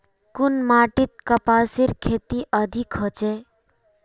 कुन माटित कपासेर खेती अधिक होचे?